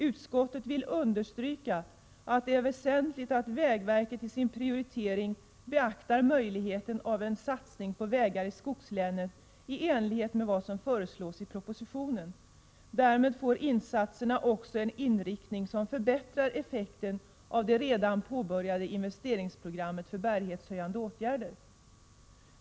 Utskottet vill understryka att det är väsentligt att vägverket i sina prioriteringar beaktar nödvändigheten av en satsning på vägar i skogslänen i enlighet med vad som föreslås i propositionen. Därmed får insatserna också en inriktning som förbättrar effekten av det redan påbörjade investeringsprogrammet för bärighetshöjande åtgärder.